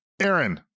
Aaron